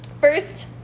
First